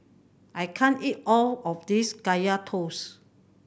I can't eat all of this Kaya Toast